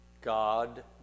God